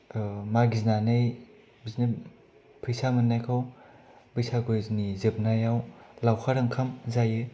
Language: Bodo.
मागिनानै बिदिनो फैसा मोन्नायखौ बैसागुनि जोबनायाव लावखार ओंखाम जायो